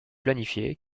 planifiée